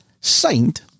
Signed